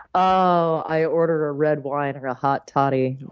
oh, i order a red wine or a hot toddy. oh,